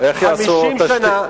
איך יעשו תשתית?